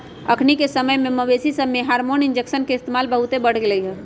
अखनिके समय में मवेशिय सभमें हार्मोन इंजेक्शन के इस्तेमाल बहुते बढ़ गेलइ ह